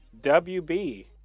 WB